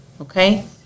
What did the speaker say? Okay